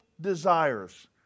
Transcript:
desires